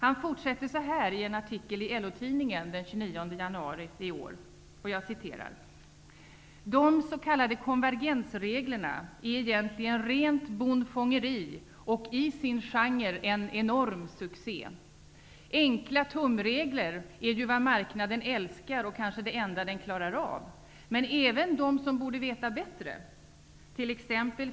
Han fortsätter så här i en artikel i LO-tidningen den 29 januari i år: ''De s.k. konvergensreglerna är egentligen rent bondfångeri och i sin genre en enorm succe. Enkla tumregler är ju vad marknaden älskar och kanske det enda den klarar av. Men även de som borde veta bättre, t.ex.